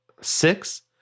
Six